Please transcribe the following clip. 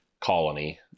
colony